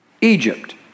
Egypt